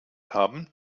haben